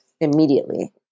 immediately